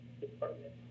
department